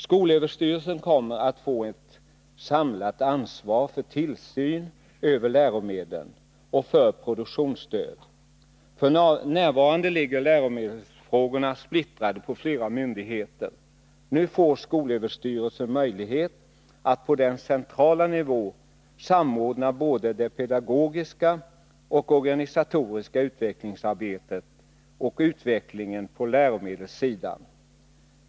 Skolöverstyrelsen kommer att få ett samlat ansvar för tillsyn över läromedlen och för produktionsstöd. F. n. ligger läromedelsfrågorna splittrade på flera myndigheter. Nu får skolöverstyrelsen möjlighet att på den centrala nivån samordna både det pedagogiska och det organisatoriska utvecklingsarbetet samt utvecklingen på läromedelssidan.